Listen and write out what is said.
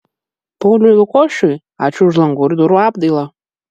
pauliui lukošiui ačiū už langų ir durų apdailą